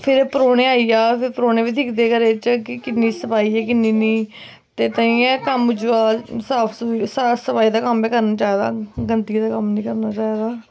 फिर परौह्ने आई जाह्ग परौह्ने दी बी देख रेख च किन्नी सफाई ऐ किन्नी नेईं ते ताइयें कम्म साफ सूफ सफाई दा कम्म कुम्म बी करना चाहिदा गंदगियै दा कम्म नी करना चाहिदा